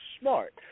smart